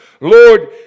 Lord